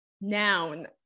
Noun